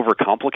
overcomplicate